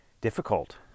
difficult